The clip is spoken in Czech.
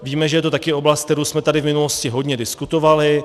Víme, že je to také oblast, kterou jsme tady v minulosti hodně diskutovali.